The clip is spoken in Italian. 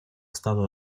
stato